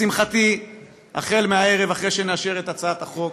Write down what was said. לשמחתי, מהערב, אחרי שנאשר את הצעת החוק,